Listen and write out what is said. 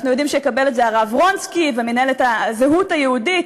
אנחנו יודעים שיקבלו את זה הרב רונצקי ומינהלת הזהות היהודית,